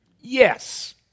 Yes